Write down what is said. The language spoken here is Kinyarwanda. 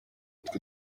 twe